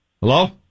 Hello